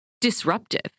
disruptive